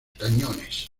cañones